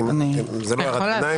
זאת לא הערת ביניים,